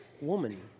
woman